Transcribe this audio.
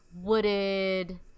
wooded